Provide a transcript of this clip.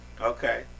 Okay